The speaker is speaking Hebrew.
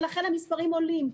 ולכן המספרים עולים.